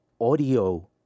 audio